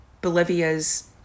Bolivia's